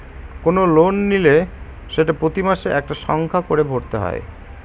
কোনো লোন নিলে সেটা প্রতি মাসে একটা সংখ্যা করে ভরতে হয়